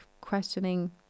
questioning